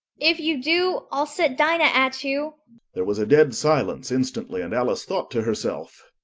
if you do. i'll set dinah at you there was a dead silence instantly, and alice thought to herself,